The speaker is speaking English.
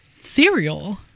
cereal